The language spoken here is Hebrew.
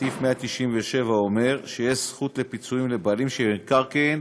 סעיף 197 אומר שיש זכות לפיצויים לבעלים של מקרקעין